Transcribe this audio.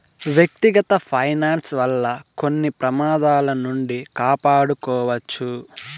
వ్యక్తిగత ఫైనాన్స్ వల్ల కొన్ని ప్రమాదాల నుండి కాపాడుకోవచ్చు